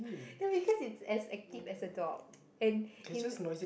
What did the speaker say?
no because it's as active as a dog and you